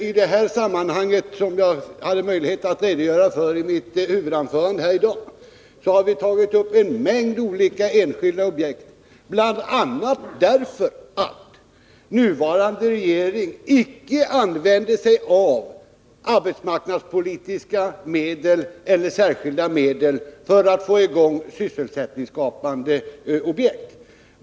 I det här sammanhanget har vi, som jag hade möjlighet att redogöra för i mitt huvudanförande i dag, tagit upp en mängd olika enskilda objekt, bl.a. därför att nuvarande regering icke använder arbetsmarknadspolitiska medel eller särskilda medel för att få i gång sysselsättningsskapande objekt.